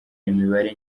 imibare